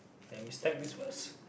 let me stack this first